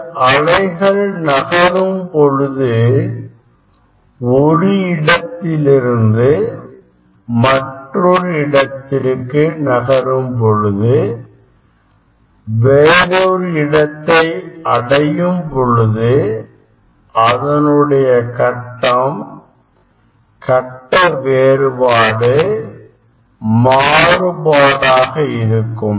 இந்த அலைகள் நகரும் பொழுது ஒரு இடத்திலிருந்து மற்றொரு இடத்திற்கு நகரும் பொழுது வேறொரு இடத்தை அடையும் பொழுது அதனுடைய கட்டம் கட்ட வேறுபாடு மாறுபாடாக இருக்கும்